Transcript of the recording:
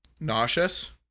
Nauseous